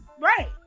Right